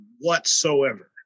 whatsoever